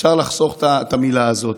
אפשר לחסוך את המילה הזאת.